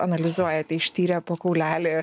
analizuojate ištyrę po kaulelį